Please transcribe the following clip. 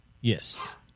Yes